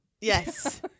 Yes